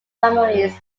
primaries